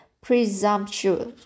presumptuous